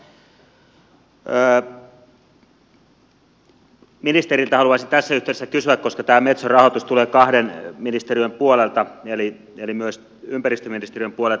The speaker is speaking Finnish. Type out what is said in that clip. ministeriltä haluaisin tässä yhteydessä kysyä koska tämä metson rahoitus tulee kahden ministeriön puolelta eli myös ympäristöministeriön puolelta